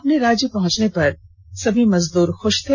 अपने राज्य पहुंचने पर सभी मजदूर खुष थे